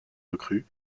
recrue